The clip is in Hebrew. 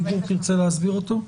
מישהו רוצה להסביר אותו?